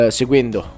seguendo